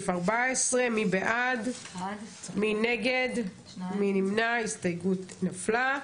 הצבעה בעד, 1 נגד, 2 נמנעים, אין ההסתייגות נפלה.